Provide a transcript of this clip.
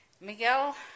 Miguel